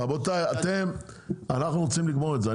רבותי אנחנו רוצים לגמור את זה,